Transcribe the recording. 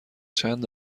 چند